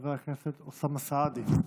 חבר הכנסת אוסאמה סעדי,